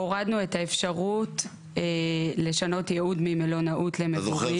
הורדנו את האפשרות לשנות ייעוד ממלונאות למגורים.